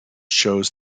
shows